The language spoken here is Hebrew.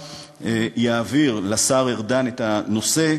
יעביר לשר ארדן את הנושא,